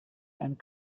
and